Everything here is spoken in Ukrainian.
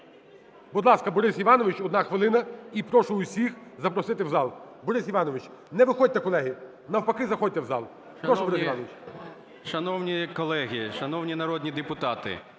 Будь ласка, Борис Іванович, одна хвилина. І прошу всіх запросити в зал. Борис Іванович. Не виходьте, колеги! Навпаки, заходьте в зал. 13:40:59 ТАРАСЮК Б.І. Шановні колеги, шановні народні депутати!